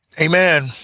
Amen